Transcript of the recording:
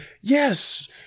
Yes